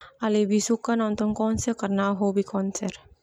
Au lebih suka nonton konser karna au hobi konser.